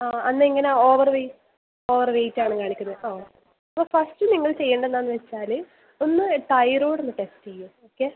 ആ അന്ന് എങ്ങനെയാണ് ഓവർവെയ്റ്റ് ഓവർവെയിറ്റ് ആണ് കാണിക്കുന്നത് ഓ അപ്പോൾ ഫസ്റ്റ് നിങ്ങൾ ചെയ്യേണ്ടത് എന്താണെന്ന് വെച്ചാൽ ഒന്ന് തൈറോയ്ഡ് ഒന്ന് ടെസ്റ്റ് ചെയ്യൂ ഓക്കെ